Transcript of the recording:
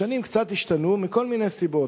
השנים קצת השתנו מכל מיני סיבות.